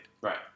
Right